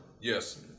Yes